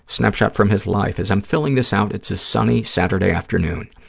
snapshot from his life. as i'm filling this out, it's a sunny saturday afternoon.